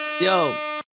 Yo